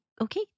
okay